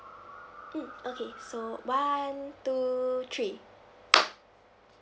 mm okay so one two three